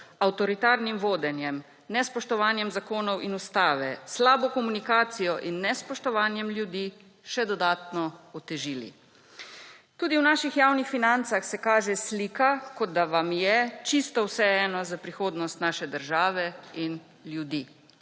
avtoritarnim vodenjem, nespoštovanjem zakonov in ustave, slabo komunikacijo in nespoštovanjem ljudi še dodatno otežili. Tudi v naših javnih financah se kaže slika, kot da vam je čisto vseeno za prihodnost naše države in ljudi.